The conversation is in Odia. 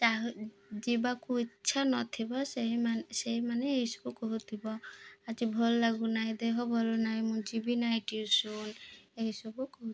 ଯାହାର ଯିବାକୁ ଇଚ୍ଛା ନଥିବ ସେହିମାନେ ସେଇମାନେ ଏହିସବୁ କହୁଥିବ ଆଜି ଭଲ୍ ଲାଗୁନାହିଁ ଦେହ ଭଲନାହିଁ ମୁଁ ଯିବି ନାାଇଁ ଟିଉସନ୍ ଏହିସବୁ କହୁଥିବ